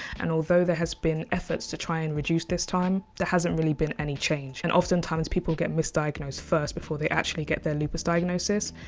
and although there has been efforts to try and reduce this time, there hasn't really been any change. and oftentimes, people get misdiagnosed first before they actually get their lupus diagnosis.